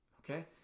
okay